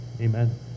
amen